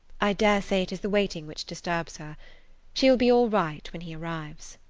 i daresay it is the waiting which disturbs her she will be all right when he arrives.